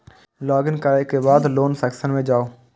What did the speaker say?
log in करै के बाद लोन सेक्शन मे जाउ